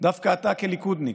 דווקא אתה כליכודניק.